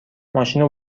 ماشینو